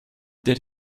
did